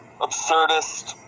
absurdist